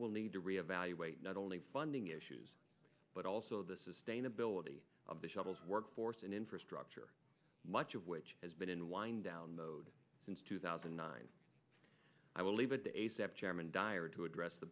will need to re evaluate not only funding issues but also the sustainability of the shuttle's workforce and infrastructure much of which has been in wind down mode since two thousand and nine i will leave it to a step chairman dyer to address the